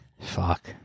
Fuck